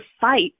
fight